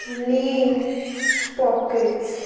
lean pockets